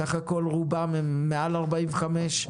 בסך הכול רובם בני מעל גיל 45,